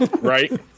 Right